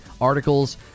articles